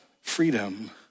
freedom